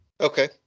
Okay